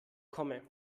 komme